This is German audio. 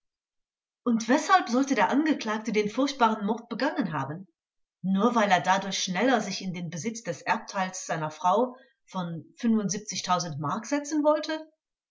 und weshalb sollte der angeklagte den furchtbaren mord begangen haben nur weil er dadurch schneller sich in den besitz des erbteils seiner frau von m setzen wollte